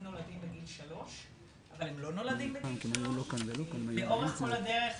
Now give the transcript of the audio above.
נולדים בגיל 3 אבל הם לא נולדים בגיל 3. לאורך כל הדרך,